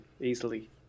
easily